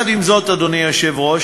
עם זאת, אדוני היושב-ראש,